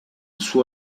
suo